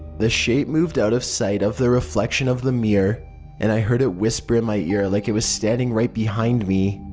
the shape moved out of sight of the reflection of the mirror and i heard it whisper in my ear like it was standing right behind me.